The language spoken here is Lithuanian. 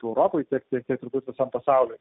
europai tiek tiek kiek turbūt visam pasauliui